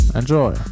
enjoy